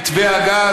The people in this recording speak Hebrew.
מתווה הגז,